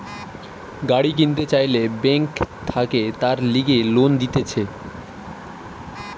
গাড়ি কিনতে চাইলে বেঙ্ক থাকে তার লিগে লোন দিতেছে